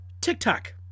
TikTok